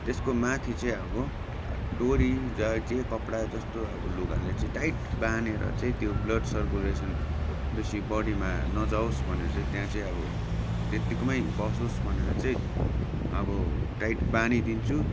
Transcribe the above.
त्यसको माथि चाहिँ अब डोरी जहाँ जे कपडा जस्तो अब लुगाले चाहिँ टाइट बाँधेर चाहिँ त्यो ब्लड सर्कुलेसन बेसी बडीमा नजाओस् भनेर चाहिँ त्यहाँ चाहिँ अब त्यत्तिकोमै बसोस् भनेर चाहिँ अब टाइट बाँधिदिन्छु